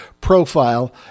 profile